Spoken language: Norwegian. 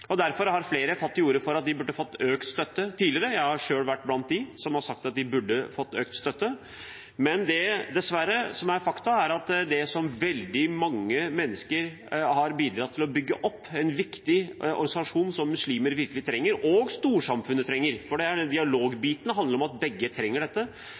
Derfor har flere tidligere tatt til orde for at de burde fått økt støtte. Jeg har selv vært blant dem som har sagt at de burde fått økt støtte. Men dessverre, det som veldig mange mennesker har bidratt til å bygge opp over 25 år, en viktig organisasjon som muslimer virkelig trenger – og som storsamfunnet trenger, for dialogbiten handler om at begge trenger dette